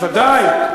ודאי.